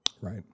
Right